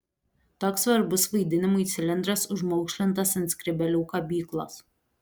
toks svarbus vaidinimui cilindras užmaukšlintas ant skrybėlių kabyklos